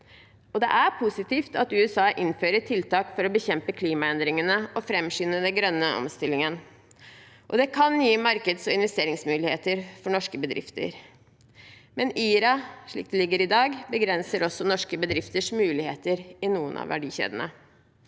Det er positivt at USA innfører tiltak for å bekjempe klimaendringene og framskynde den grønne omstillingen, og det kan gi markeds- og investeringsmuligheter for norske bedrifter. Men IRA slik det foreligger i dag, begrenser også norske bedrifters muligheter i noen av verdikjedene.